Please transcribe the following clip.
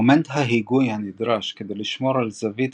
מומנט ההיגוי הנדרש כדי לשמר על זווית